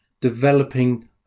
developing